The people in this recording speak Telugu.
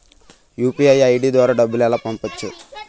యు.పి.ఐ ఐ.డి ద్వారా డబ్బులు ఎలా పంపవచ్చు?